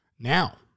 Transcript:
Now